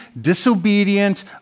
disobedient